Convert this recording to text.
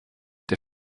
der